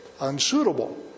unsuitable